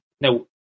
Now